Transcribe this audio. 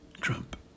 Trump